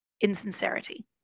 Insincerity